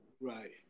Right